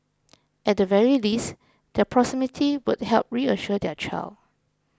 at the very least their proximity would help reassure their child